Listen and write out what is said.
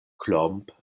klomp